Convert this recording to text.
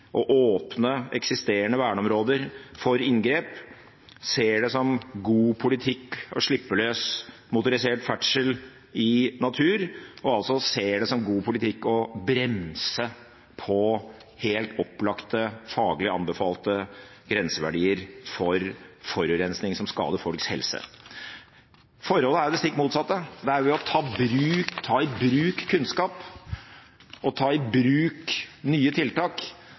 å åpne eksisterende verneområder for inngrep, ser det som god politikk å slippe løs motorisert ferdsel i natur, og altså ser det som god politikk å bremse på helt opplagte og faglig anbefalte grenseverdier for forurensning som skader folks helse. Forholdet er jo det stikk motsatte: Det er ved å ta i bruk kunnskap og ta i bruk nye tiltak